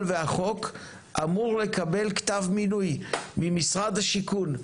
והחוק אמור לקבל כתב מינוי ממשרד השיכון,